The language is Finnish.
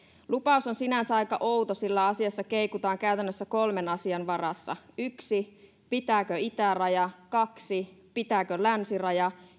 lupaus on sinänsä aika outo sillä asiassa keikutaan käytännössä kolmen asian varassa yksi pitääkö itäraja kaksi pitääkö länsiraja